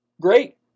great